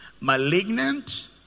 malignant